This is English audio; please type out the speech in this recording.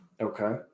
Okay